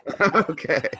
Okay